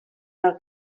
del